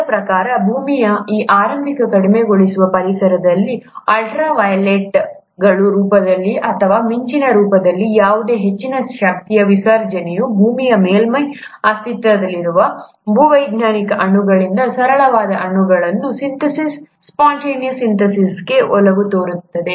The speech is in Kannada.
ಅವರ ಪ್ರಕಾರ ಭೂಮಿಯ ಆ ಆರಂಭಿಕ ಕಡಿಮೆಗೊಳಿಸುವ ಪರಿಸರದಲ್ಲಿ ಅಲ್ಟ್ರಾ ವಯಲೆಟ್ ಲೈಟ್ಗಳ ರೂಪದಲ್ಲಿ ಅಥವಾ ಮಿಂಚಿನ ರೂಪದಲ್ಲಿ ಯಾವುದೇ ಹೆಚ್ಚಿನ ಶಕ್ತಿಯ ವಿಸರ್ಜನೆಯು ಭೂಮಿಯ ಮೇಲ್ಮೈಯಲ್ಲಿ ಅಸ್ತಿತ್ವದಲ್ಲಿರುವ ಭೂವೈಜ್ಞಾನಿಕ ಅಣುಗಳಿಂದ ಸರಳವಾದ ಅಣುಗಳ ಸಿಂಥೆಸಿಸ್ ಸ್ಪೊನ್ಟೇನಿಯಸ್ಗೆ ಒಲವು ತೋರುತ್ತದೆ